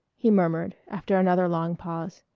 he murmured after another long pause,